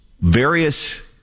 various